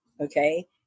Okay